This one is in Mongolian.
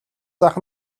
зах